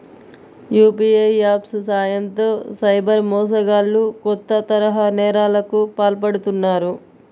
UPI apps సాయంతో cyber మోసగాళ్లు కొత్త తరహా నేరాలకు పాల్పడుతున్నారు